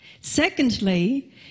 Secondly